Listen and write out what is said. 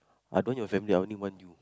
I don't want your family I only want you